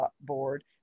board